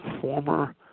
former